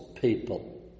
people